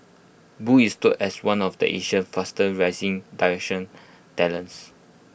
boo is touted as one of the Asia fastest rising directorial talents